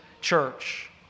church